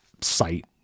site